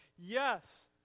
Yes